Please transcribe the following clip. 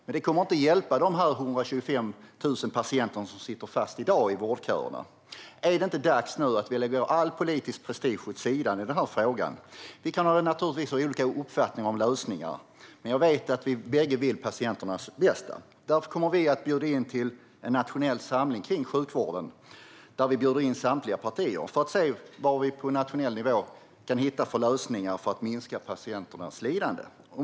Men det kommer inte att hjälpa de 125 000 patienter som i dag sitter fast i vårdköer. Är det inte dags att vi nu lägger all politisk prestige åt sidan i den här frågan? Vi kan naturligtvis ha olika uppfattning om lösningarna, men jag vet att vi bägge vill patienternas bästa. Därför kommer vi att bjuda in samtliga partier till en nationell samling kring sjukvården för att se vad man på nationell nivå kan hitta för lösningar för att minska patienternas lidande.